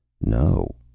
No